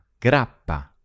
grappa